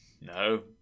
no